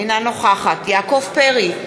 אינה נוכחת יעקב פרי,